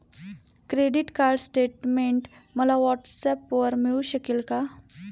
Credit card statement मला व्हॉट्सऍपवर मिळू शकेल का?